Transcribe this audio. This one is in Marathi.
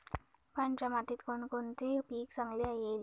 पांढऱ्या मातीत कोणकोणते पीक चांगले येईल?